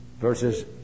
Verses